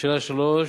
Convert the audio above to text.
לשאלה 3: